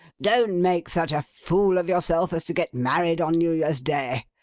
don't make such a fool of yourself as to get married on new year's day.